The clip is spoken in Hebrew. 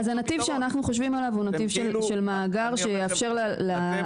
אז הנתיב שאנחנו חושבים עליו הוא נתיב של מאגר שיאפשר לעולים,